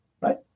right